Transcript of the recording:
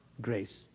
Grace